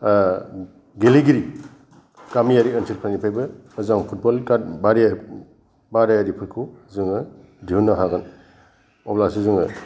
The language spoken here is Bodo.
गेलेगिरि गामियारि ओनसोलनिफ्रायबो मोजां फुटबल गात माने बादायारिफोरखौ जोङो दिहुननो हागोन अब्लासो जोङो